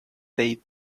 day